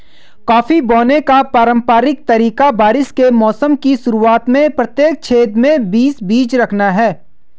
coffee बोने का पारंपरिक तरीका बारिश के मौसम की शुरुआत में प्रत्येक छेद में बीस बीज रखना है